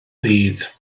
ddydd